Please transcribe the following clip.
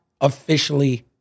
officially